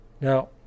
Now